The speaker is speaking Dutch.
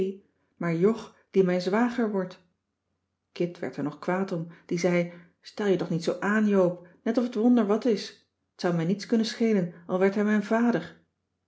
maar jog die mijn zwager wordt kit werd er nog kwaad om die zei stel je toch niet zoo aan joop net of t wonder wat is t zou mij niets kunnen schelen al werd hij mijn vader